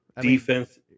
defense